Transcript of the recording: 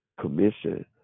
commission